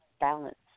balance